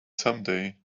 someday